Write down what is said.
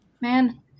man